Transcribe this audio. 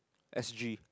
S_G